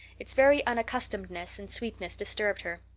its very unaccustomedness and sweetness disturbed her.